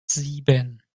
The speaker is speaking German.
sieben